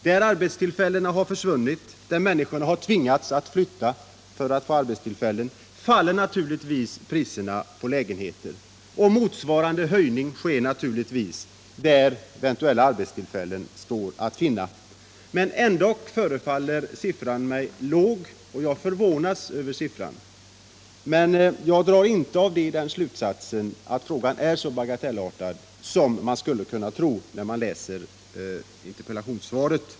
Där arbetstillfällena har försvunnit och människorna har tvingats att flytta för att få arbete faller naturligtvis priserna på lägenheter, och motsvarande höjning sker givetvis på platser där eventuella arbetstillfällen står att finna. Ändock förefaller mig siffran låg, och jag förvånas över den, men jag drar inte därav den slutsatsen att frågan är så bagatellartad som man skulle kunna tro när man läser interpellationssvaret.